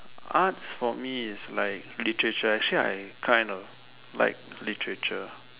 arts for me is like literature actually I kind of like literature